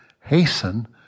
hasten